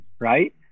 right